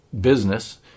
business